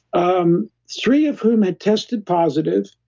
um three of whom had tested positive,